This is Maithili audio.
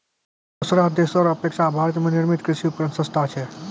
दोसर देशो रो अपेक्षा भारत मे निर्मित कृर्षि उपकरण सस्ता छै